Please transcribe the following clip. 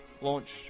launch